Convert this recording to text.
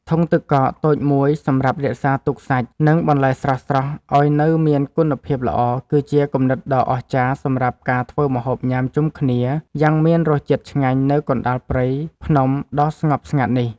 ធុងទឹកកកតូចមួយសម្រាប់រក្សាទុកសាច់ និង បន្លែស្រស់ៗឱ្យនៅមានគុណភាពល្អគឺជាគំនិតដ៏អស្ចារ្យសម្រាប់ការធ្វើម្ហូបញ៉ាំជុំគ្នាយ៉ាងមានរសជាតិឆ្ងាញ់នៅកណ្ដាលព្រៃភ្នំដ៏ស្ងប់ស្ងាត់នេះ។